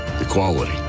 equality